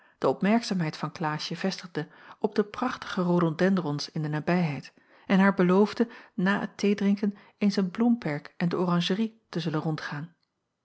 de opmerkzaamheid van klaasje vestigde op de prachtige rhododendrons in de nabijheid en haar beloofde na het theedrinken eens het bloemperk en de oranjerie te zullen rondgaan